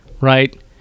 right